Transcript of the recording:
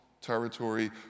territory